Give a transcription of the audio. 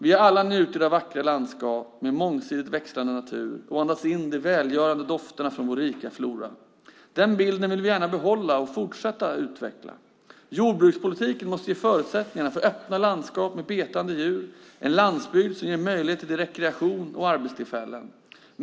Vi har alla njutit av vackra landskap med mångsidigt växande natur och andats in de välgörande dofterna från vår rika flora. Den bilden vill vi gärna behålla och fortsätta att utveckla. Jordbrukspolitiken måste ge förutsättningarna för öppna landskap med betande djur, en landsbygd som ger möjligheter till rekreation och arbetstillfällen.